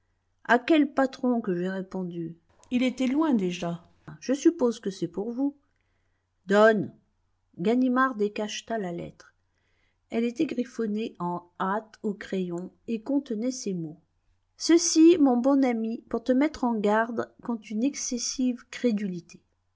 à quel patron que j'ai répondu il était loin déjà je suppose que c'est pour vous donne ganimard décacheta la lettre elle était griffonnée en hâte au crayon et contenait ces mots ceci mon bon ami pour te mettre en garde contre une excessive crédulité